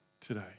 today